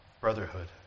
brotherhood